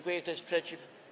Kto jest przeciw?